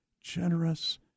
generous